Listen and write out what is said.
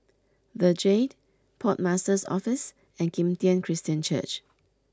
the Jade Port Master's Office and Kim Tian Christian Church